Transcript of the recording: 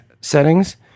settings